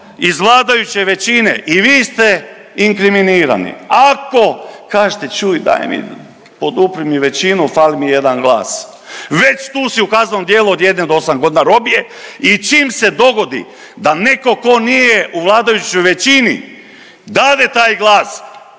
iz vladajuće većine i vi ste inkriminirani, ako kažete čuj daj mi podupri mi većinu fali mi jedan glas već tu si u kaznenom djelu od jedne do osam godina robije i čim se dogodi da neko ko nije u vladajućoj većini dade taj glas